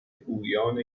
گویان